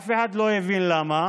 אף אחד לא הבין למה.